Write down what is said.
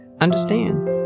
understands